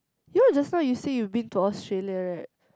you know just now you say you've been to Australia right